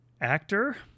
actor